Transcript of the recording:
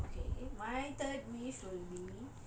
yup okay my third wish would be